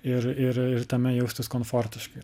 ir ir ir tame jaustis komfortiškai